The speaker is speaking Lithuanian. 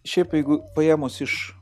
šiaip jeigu paėmus iš